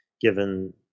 given